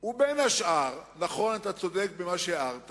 היא בין השאר, נכון, אתה צודק במה שהערת,